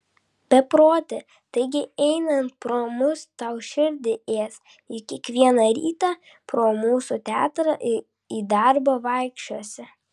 beproti taigi einant pro mus tau širdį ės juk kiekvieną rytą pro mūsų teatrą į darbą vaikščiosi